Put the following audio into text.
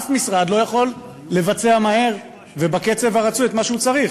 אף משרד לא יכול לבצע מהר ובקצב הרצוי את מה שהוא צריך.